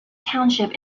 township